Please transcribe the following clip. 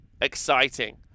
Exciting